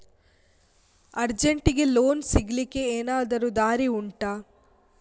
ಅರ್ಜೆಂಟ್ಗೆ ಲೋನ್ ಸಿಗ್ಲಿಕ್ಕೆ ಎನಾದರೂ ದಾರಿ ಉಂಟಾ